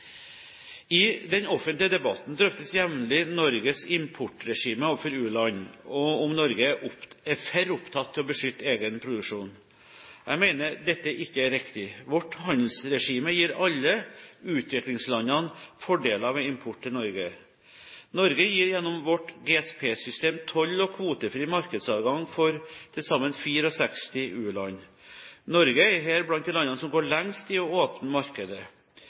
I den offentlige debatten drøftes jevnlig Norges importregime overfor u-land og om Norge er for opptatt av å beskytte egen produksjon. Jeg mener dette ikke er riktig. Vårt handelsregime gir alle utviklingslandene fordeler ved import til Norge. Norge gir gjennom vårt GSP-system toll- og kvotefri markedsadgang for til sammen 64 u-land. Norge er her blant de landene som går lengst i å åpne markedet.